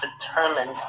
determined